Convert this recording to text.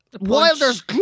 Wilder's